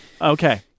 Okay